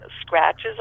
scratches